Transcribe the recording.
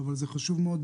אבל זה חשוב מאוד,